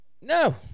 No